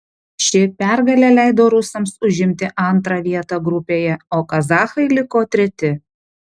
ši pergalė leido rusams užimti antrą vietą grupėje o kazachai liko treti